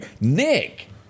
Nick